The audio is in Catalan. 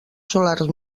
solars